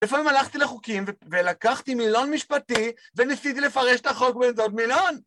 לפעמים הלכתי לחוקים ולקחתי מילון משפטי וניסיתי לפרש את החוק באמצעות מילון!